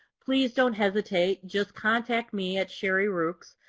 please don't hesitate. just contact me at sherri rukes.